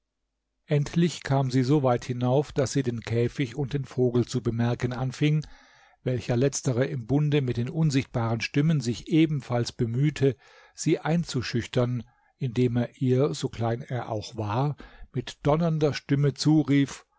endlich kam sie so weit hinauf daß sie den käfig und den vogel zu bemerken anfing welcher letztere im bunde mit den unsichtbaren stimmen sich ebenfalls bemühte sie einzuschüchtern indem er ihr so klein er auch war mit donnernder stimme zurief